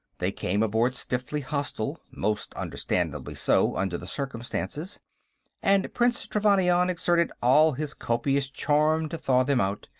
they came aboard stiffly hostile most understandably so, under the circumstances and prince trevannion exerted all his copious charm to thaw them out,